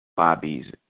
Bobby's